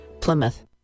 Plymouth